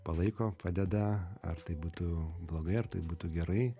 palaiko padeda ar tai būtų blogai ar tai būtų gerai